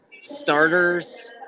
starters